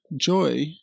joy